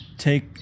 take